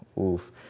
Oof